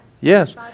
yes